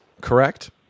correct